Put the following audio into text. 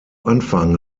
anfang